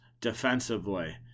defensively